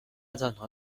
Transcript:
تنها